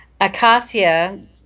acacia